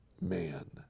man